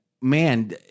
man